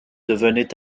devenait